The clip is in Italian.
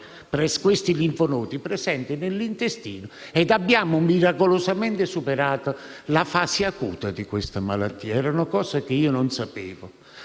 i linfonodi presenti nell'intestino e abbiamo miracolosamente superato la fase acuta della malattia. Erano cose che non conoscevo.